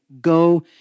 Go